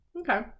Okay